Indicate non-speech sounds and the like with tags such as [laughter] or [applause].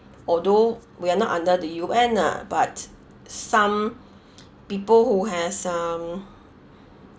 although we are not under the U_N ah but some [noise] people who has some